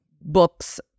books